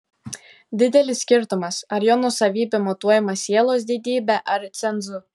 didelis skirtumas ar jo nuosavybė matuojama sielos didybe ar cenzu